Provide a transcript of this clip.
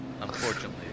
unfortunately